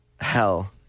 hell